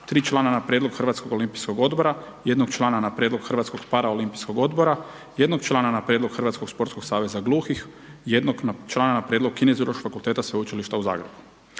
3 člana na prijedlog Hrvatskog olimpijskog odbora, jednog člana na prijedlog Hrvatskog paraolimpijskog odbora, jednog člana na prijedlog Hrvatskog sportskog saveza gluhih, jednog člana na prijedlog Kineziološkog fakulteta Sveučilišta u Zagrebu.